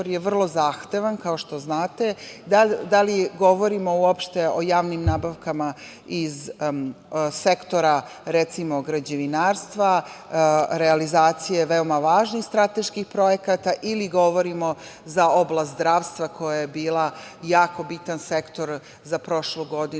je vrlo zahtevan, kao što znate, da li govorimo uopšte o javnim nabavkama iz sektora, recimo, građevinarstva, realizacije veoma važnih strateških projekata ili govorimo za oblast zdravstva, koja je bila jako bitan sektor za prošlu godinu